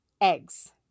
eggs